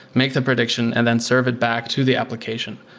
make the prediction and then serve it back to the application.